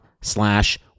slash